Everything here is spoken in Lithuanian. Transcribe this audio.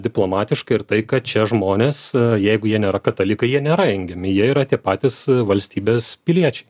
diplomatiškai ir tai kad šie žmonės jeigu jie nėra katalikai jie nėra engiami jie yra tie patys valstybės piliečiai